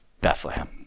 Bethlehem